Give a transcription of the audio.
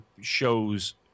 shows